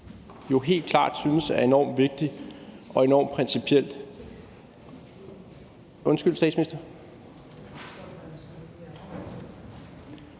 jo helt klart synes er enormt vigtig og enormt principiel (Statsministeren